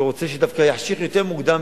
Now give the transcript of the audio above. שרוצה דווקא שיחשיך יותר מוקדם,